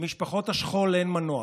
למשפחות השכול אין מנוח.